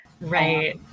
Right